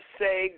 say